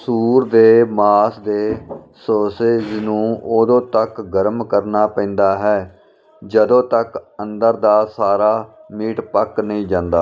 ਸੂਰ ਦੇ ਮਾਸ ਦੇ ਸੌਸੇਜ਼ ਨੂੰ ਉਦੋਂ ਤੱਕ ਗਰਮ ਕਰਨਾ ਪੈਂਦਾ ਹੈ ਜਦੋਂ ਤੱਕ ਅੰਦਰ ਦਾ ਸਾਰਾ ਮੀਟ ਪੱਕ ਨਹੀਂ ਜਾਂਦਾ